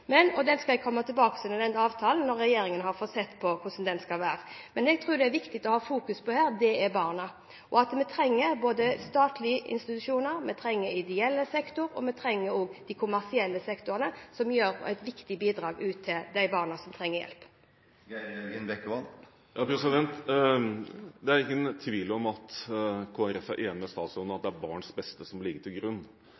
og avtaler. Den avtalen skal jeg komme tilbake til når regjeringen har fått sett på hvordan den skal være. Jeg tror det er viktig å fokusere på barna. Vi trenger både statlige institusjoner, ideell sektor og kommersiell sektor, som gir viktige bidrag til de barna som trenger hjelp. Det er ingen tvil om at Kristelig Folkeparti er enig med statsråden i at